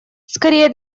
скорее